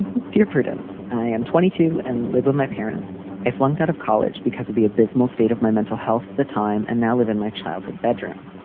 and dear prudence, i am twenty two and live with my parents. i flunked out of college because of the abysmal state of my mental health at the time. and now live in my childhood bedroom.